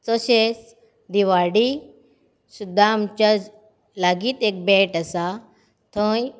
तशें दिवाडी सुद्दां आमच्या लागींच एक बेल्ट आसा थंय